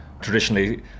Traditionally